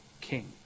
king